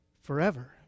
forever